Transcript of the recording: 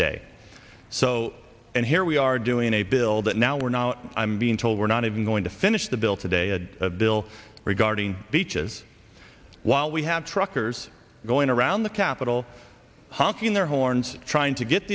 day so and here we are doing a bill that now we're now i'm being told we're not even going to finish the bill today a bill regarding beaches while we have truckers going around the capitol honking their horns trying to get